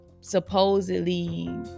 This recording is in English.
supposedly